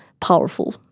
powerful